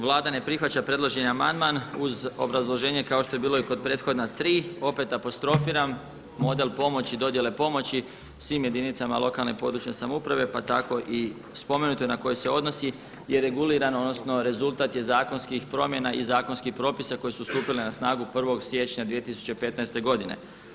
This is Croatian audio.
Vlada ne prihvaća predloženi amandman uz obrazloženje kao što je bilo i kod prethodna 3. Opet apostrofiram model pomoći, dodjele pomoći svim jedinicama lokalne i područne samouprave pa tako i spomenute na koje se odnosi je regulirano, odnosno rezultat je zakonskih promjena i zakonskih propisa koje su stupile na snagu 1. siječnja 2015. godine.